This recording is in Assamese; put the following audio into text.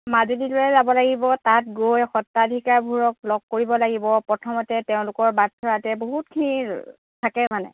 মাজুলীলৈ যাব লাগিব তাত গৈ সত্ৰাধিকাৰবোৰক লগ কৰিব লাগিব প্ৰথমতে তেওঁলোকৰ বাটচ'ৰাতে বহুতখিনি থাকে মানে